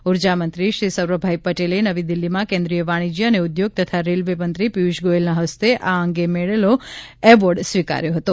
ઊર્જા મંત્રી શ્રી સૌરભભાઇ પટેલે નવી દિલ્હીમાં કેન્દ્રીય વાણિજ્ય અને ઉદ્યોગ તથા રેલ્વે મંત્રી પિયુષ ગોયલના હસ્તે આ અંગે મેળલો એવોર્ડ સ્વીકાર્યો હતો